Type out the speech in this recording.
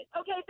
okay